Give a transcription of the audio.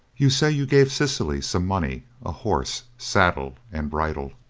you say you gave cecily some money, a horse, saddle, and bridle?